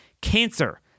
Cancer